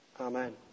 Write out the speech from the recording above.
Amen